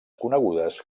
conegudes